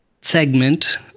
segment